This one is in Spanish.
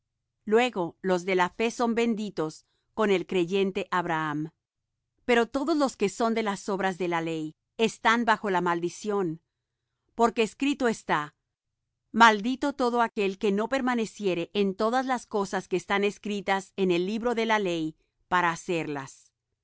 luego los de la fe son benditos con el creyente abraham porque todos los que son de las obras de la ley están bajo de maldición porque escrito está maldito todo aquel que no permaneciere en todas las cosas que están escritas en el libro de la ley para hacerlas